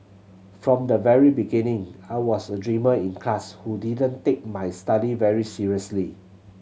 from the very beginning I was a dreamer in class who didn't take my study very seriously